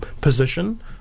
position